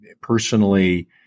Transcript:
personally